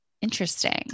Interesting